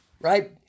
right